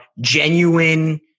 genuine